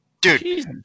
Dude